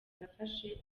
nafashe